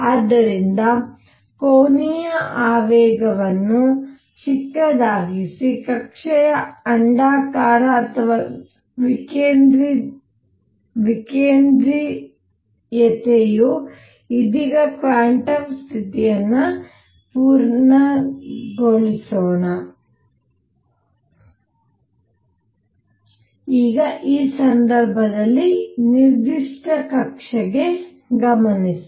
ಆದ್ದರಿಂದ ಕೋನೀಯ ಆವೇಗವನ್ನು ಚಿಕ್ಕದಾಗಿಸಿ ಕಕ್ಷೆಯ ಅಂಡಾಕಾರ ಅಥವಾ ವಿಕೇಂದ್ರೀಯತೆಯು ಇದೀಗ ಕ್ವಾಂಟಮ್ ಸ್ಥಿತಿಯನ್ನು ಪೂರೈಸೋಣ ಈಗ ಈ ಸಂದರ್ಭದಲ್ಲಿ ನಿರ್ದಿಷ್ಟ ಕಕ್ಷೆಗೆ ಗಮನಿಸಿ